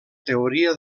teoria